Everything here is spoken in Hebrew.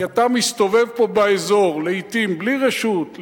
כי אתה מסתובב פה באזור לעתים בלי רשות,